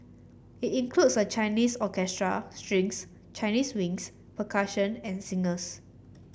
it includes a Chinese orchestra strings Chinese winds percussion and singers